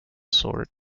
sort